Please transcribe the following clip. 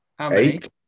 eight